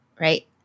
right